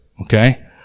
Okay